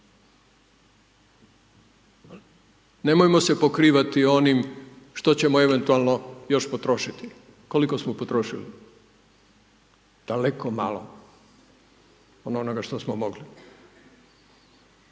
Nemojmo se pokrivati onim što ćemo eventualno još potrošiti. Koliko smo potrošili? Daleko malo od onoga što smo mogli.